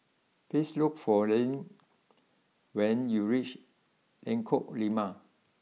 please look for Lynne when you reach Lengkok Lima